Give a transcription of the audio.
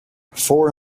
four